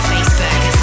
Facebook